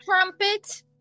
trumpet